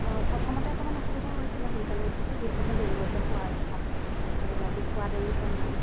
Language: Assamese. প্ৰথমতে অলপ অসুবিধা হৈছিলে সোনকালে উঠাটো যিহেতু মই দেৰিলৈকে শুৱাৰ অভ্যাস আৰু ৰাতি শুৱা দেৰি হয় মোৰ